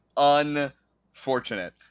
unfortunate